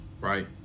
right